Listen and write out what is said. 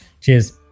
Cheers